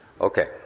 Okay